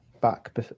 back